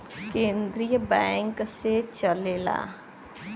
केन्द्रीय बैंक से चलेला